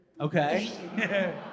Okay